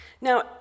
Now